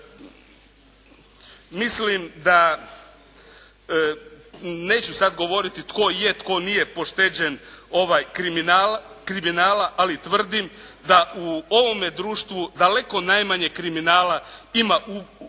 mislim da, neću sad govoriti tko je, tko nije pošteđen kriminala, ali tvrdim da u ovome društvu daleko najmanje kriminala ima upravo